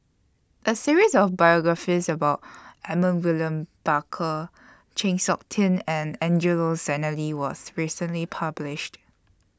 A series of biographies about Edmund William Barker Chng Seok Tin and Angelo Sanelli was recently published